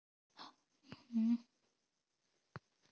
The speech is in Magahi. हम अपन आर.डी के परिपक्वता निर्देश जाने के चाह ही